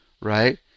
right